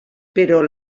però